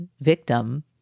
victim